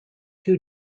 two